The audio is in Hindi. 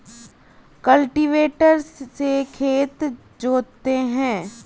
कल्टीवेटर से खेत जोतते हैं